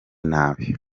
nabi